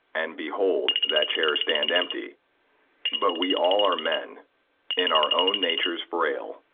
and behold that chayre stand empty but we all are men in our owne natures fraile,